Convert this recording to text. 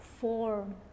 form